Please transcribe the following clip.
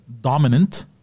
dominant